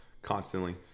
constantly